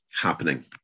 happening